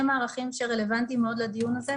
מערכים שרלוונטיים מאוד לדיון הזה,